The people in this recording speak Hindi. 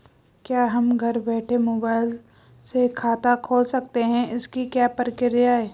क्या हम घर बैठे मोबाइल से खाता खोल सकते हैं इसकी क्या प्रक्रिया है?